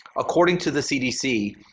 according to the cdc,